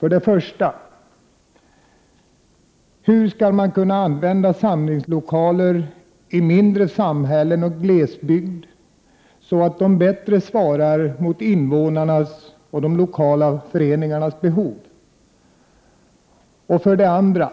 För det första: Hur man skall kunna använda samlingslokaler i mindre samhällen och glesbygd så att de bättre svarar mot invånarnas och de lokala föreningarnas behov? För det andra: